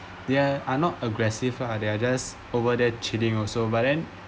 they are not aggressive ah they are just over there chilling also but then